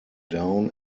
down